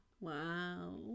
Wow